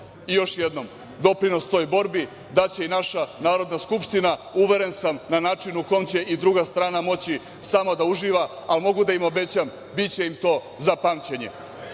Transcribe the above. jednom, doprinos toj borbi daće i naša Narodna skupština, uveren sam na način na kom će i druga strana moći samo da uživa, ali mogu da im obećam, biće im to za pamćenje.